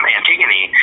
Antigone